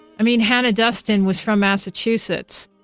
i mean, hannah duston was from massachusetts.